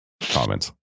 comments